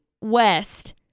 west